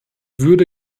würde